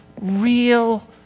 real